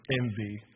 envy